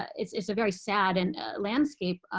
it's it's a very sad and landscape,